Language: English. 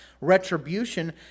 retribution